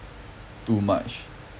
too much